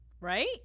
right